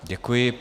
Děkuji.